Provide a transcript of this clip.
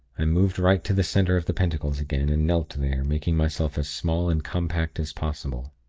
i moved right to the center of the pentacles again, and knelt there, making myself as small and compact as possible.